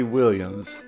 Williams